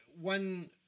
one